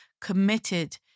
committed